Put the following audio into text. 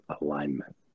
alignment